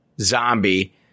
zombie